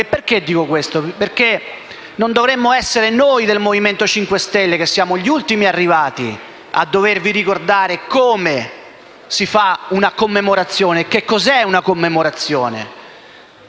Dico questo perché non dovremmo essere noi del Movimento 5 Stelle, che siamo gli ultimi arrivati, a dovervi ricordare come si fa e che cosa è una commemorazione.